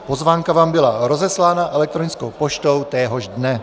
Pozvánka vám byla rozeslána elektronickou poštou téhož dne.